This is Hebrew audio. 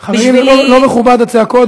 חברים, זה לא מכובד, הצעקות.